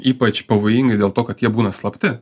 ypač pavojingi dėl to kad jie būna slapti